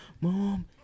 mom